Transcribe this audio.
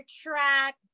track